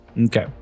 okay